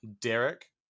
Derek